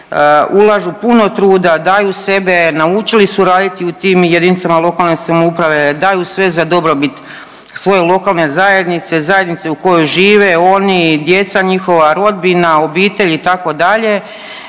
ulažu puno truda, daju sebe, naučili su radit u tim JLS, daju sve za dobrobit svoje lokalne zajednice, zajednice u kojoj žive, oni, djeca njihova, rodbina, obitelj itd. i da je